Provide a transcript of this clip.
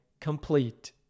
complete